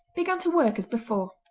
began to work as before.